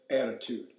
attitude